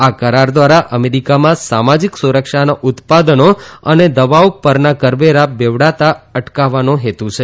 આ કરાર દ્વારા અમેરિકામાં સામાજિક સુરક્ષાના ઉત્પાદનો અને દવાઓ પરના કરવેરા બેવડાતા અટકાવવાનો હેતુ છે